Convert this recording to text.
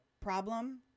problem